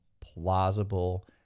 plausible